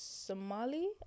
Somali